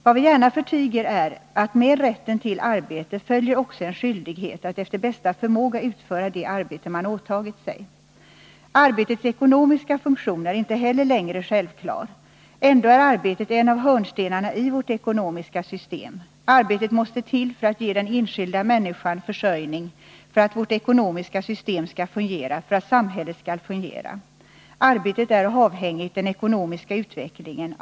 Vad vi gärna förtiger är att med rätten till arbete följer också en skyldighet att efter bästa förmåga utföra det arbete man åtagit sig. Arbetets ekonomiska funktion är inte heller längre självklar. Ändå är arbetet en av hörnstenarna i vårt ekonomiska system. Arbetet måste till för att ge de enskilda människorna försörjning, för att vårt ekonomiska system skall fungera och för att samhället skall fungera. Arbetet är avhängigt av den ekonomiska utvecklingen.